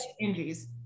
injuries